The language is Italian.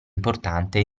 importante